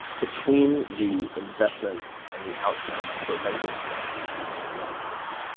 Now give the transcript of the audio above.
between the investment and the outcome, i'm prevented from making bad decisions.